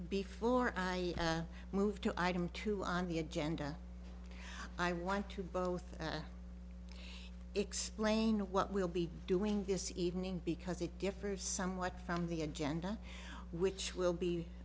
before i move to item two on the agenda i want to both explain what we'll be doing this evening because it differs somewhat from the agenda which will be